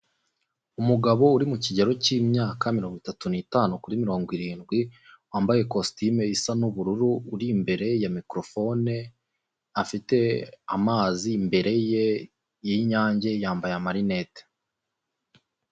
Umugabo uri mu kigero cy'imyaka mirongo itatu n'itanu kuri mirongo irindwi, wambaye kositime isa n'ubururu uri imbere ya mikorofone afite amazi imbere ye y'inyange yambaye amarinete.